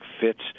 fits